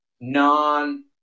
non